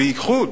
בייחוד